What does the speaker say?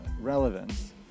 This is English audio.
relevance